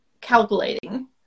calculating